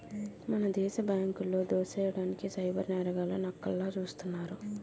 మన దేశ బ్యాంకులో దోసెయ్యడానికి సైబర్ నేరగాళ్లు నక్కల్లా సూస్తున్నారు